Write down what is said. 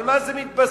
על מה זה מתבסס?